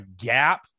gap